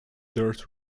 dirt